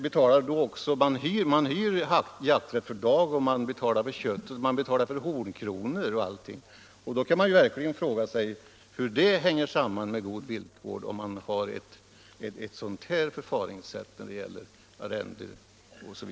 De hyr jakträtt per dag och betalar dessutom för kött och hornkronor etc. Man kan ju f. ö. fråga sig hur ett sådant förfaringssätt går ihop med god viltvård.